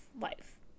life